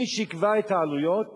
מי שיקבע את העלויות